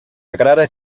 agrada